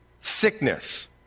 sickness